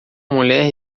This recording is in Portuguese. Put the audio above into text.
mulher